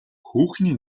хүүхний